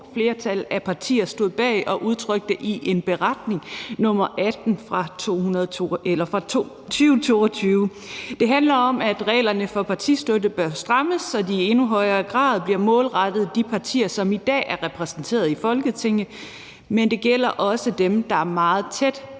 flertal af partier stod bag, og som de udtrykte i beretning nr. 18 fra 2022. Det handler om, at reglerne for partistøtte bør strammes, så de i endnu højere grad bliver målrettet de partier, som i dag er repræsenteret i Folketinget, men det gælder også dem, der er meget tæt